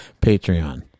Patreon